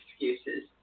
excuses